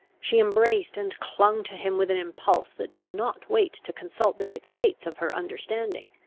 she embraced and clung to him, with an impulse that did not wait to consult the dictates of her understanding.